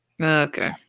okay